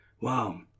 Wow